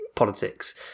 politics